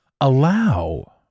Allow